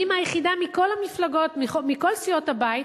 קדימה היא היחידה מכל המפלגות, מכל סיעות הבית,